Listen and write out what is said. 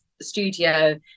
studio